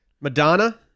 Madonna